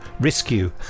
rescue